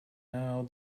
now